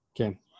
Okay